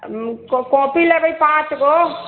कऽ कोपी लेबै पाँचगो